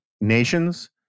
nations